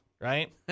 right